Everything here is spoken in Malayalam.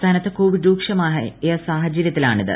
സംസ്ഥാനത്ത് കോവിഡ് രൂക്ഷമായ സാഹചര്യത്തിലാണിത്